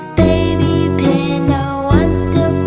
baby panda wants to